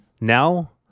Now